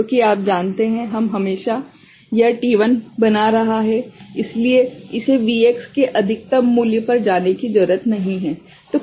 क्योंकि आप जानते हैं हम हमेशा यह t1 बना रहा है इसलिए इसे Vx के अधिकतम मूल्य पर जाने की जरूरत नहीं है